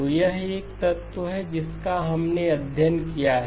तो यह एक तत्व है जिसका हमने अध्ययन किया है